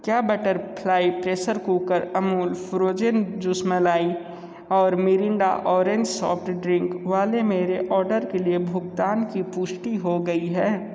क्या butterfly pressure cooker Amul frozen जूसमलाई और मिरिंडा ऑरेंज सॉफ्ट ड्रिंक वाले मेरे ऑडर् के लिए भुगतान की पुष्टी हो गई है